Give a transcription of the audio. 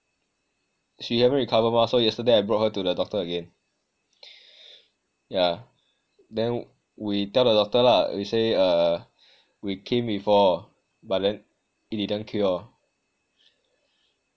she haven't recover mah so yesterday I brought her to the doctor again yah then we tell the doctor lah we say uh we came before but then it didn't cure